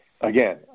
again